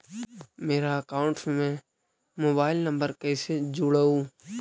मेरा अकाउंटस में mobile number कैसे जुड़उ?